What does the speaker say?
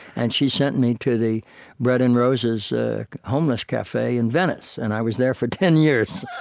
and she sent me to the bread and roses ah homeless cafe in venice. and i was there for ten years.